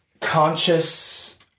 conscious